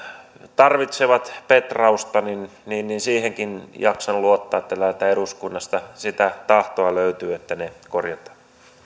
tarvitsevat petrausta niin niin siihenkin jaksan luottaa että täältä eduskunnasta sitä tahtoa löytyy että ne korjataan